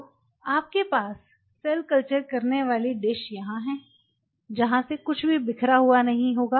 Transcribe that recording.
तो आपके पास सेल कल्चर करने वाली डिश यहाँ है जहाँ से कुछ भी बिखरा हुआ नहीं होगा